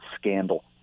scandal